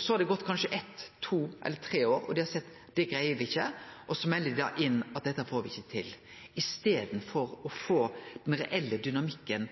Så har det gått kanskje eit, to eller tre år, og dei har sett at dette greier me ikkje, og så melder dei inn at dette får me ikkje til, i staden for at ein får den reelle dynamikken